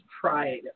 pride